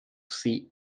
sie